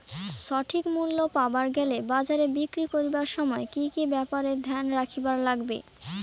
সঠিক মূল্য পাবার গেলে বাজারে বিক্রি করিবার সময় কি কি ব্যাপার এ ধ্যান রাখিবার লাগবে?